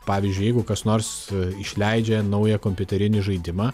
pavyzdžiui jeigu kas nors išleidžia naują kompiuterinį žaidimą